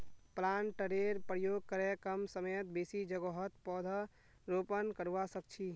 प्लांटरेर प्रयोग करे कम समयत बेसी जोगहत पौधरोपण करवा सख छी